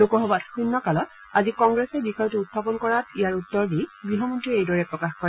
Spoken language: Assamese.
লোকসভাত শূন্য কালত আজি কংগ্ৰেছে বিষয়টো উখাপন কৰাত ইয়াৰ উত্তৰ দি গৃহমন্ত্ৰীয়ে এইদৰে প্ৰকাশ কৰে